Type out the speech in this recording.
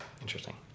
interesting